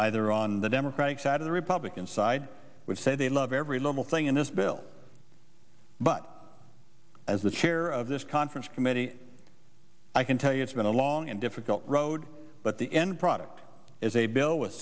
either on the democratic side of the republican side would say they love every little thing in this bill but as the chair of this conference committee i can tell you it's been a long and difficult road but the end product is a bill w